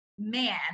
man